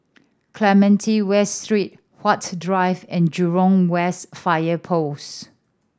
Clementi West Street Huat Drive and Jurong West Fire Post